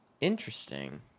Interesting